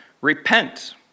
Repent